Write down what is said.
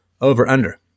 over-under